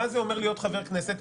מה זה אומר להיות חברי כנסת,